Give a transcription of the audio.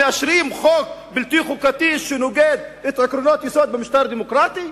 מאשרים חוק בלתי חוקתי שנוגד את עקרונות היסוד במשטר דמוקרטי?